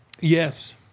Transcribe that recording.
Yes